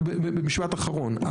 במשפט אחרון: